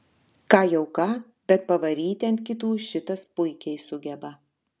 ką jau ką bet pavaryti ant kitų šitas puikiai sugeba